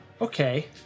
Okay